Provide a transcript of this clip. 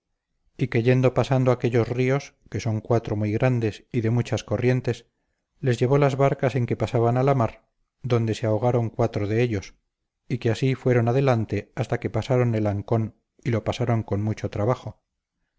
que yendo pasando aquellos ríos que son cuatro muy grandes y de muchas corrientes les llevó las barcas en que pasaban a la mar donde se ahogaron cuatro de ellos y que así fueron adelante hasta que pasaron el ancón y lo pasaron con mucho trabajo